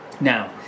now